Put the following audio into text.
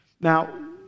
Now